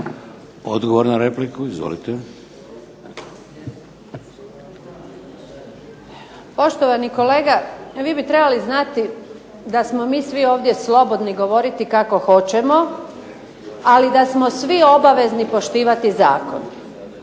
**Antunović, Željka (SDP)** Poštovani kolega, vi bi trebali znati da smo mi svi ovdje slobodni govoriti kako hoćemo ali da smo svi obavezni poštivati zakon.